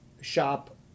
shop